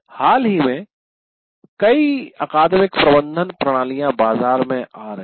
हाल ही में कई अकादमिक प्रबंधन प्रणालियां बाजार में आ रही हैं